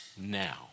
now